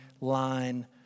line